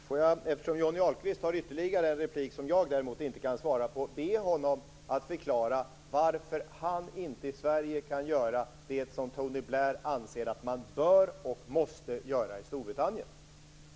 Herr talman! Eftersom Johnny Ahlqvist har ytterligare en replik som jag inte kan svara på vill jag be honom att förklara varför han inte i Sverige kan göra det som Tony Blair anser att man bör och måste göra i Storbritannien.